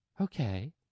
Okay